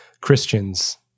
Christians